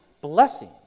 blessing